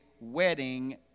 wedding